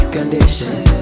Conditions